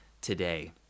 today